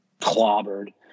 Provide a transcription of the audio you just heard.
clobbered